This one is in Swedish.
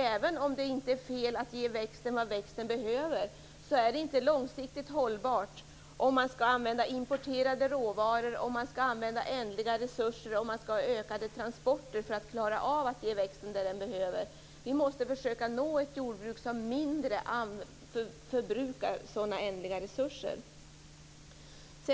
Även om det inte är fel att ge växten vad växten behöver är det inte långsiktigt hållbart om man skall använda importerade råvaror, ändliga resurser och ha ökade transporter för att klara av att ge växten vad den behöver. Vi måste försöka nå ett jordbruk som mindre förbrukar sådana ändliga resurser.